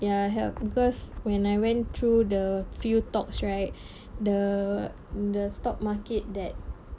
ya health because when I went through the few talks right the the stock market that